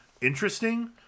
interesting